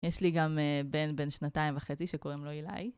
יש לי גם בן, בן שנתיים וחצי, שקוראים לו אילי.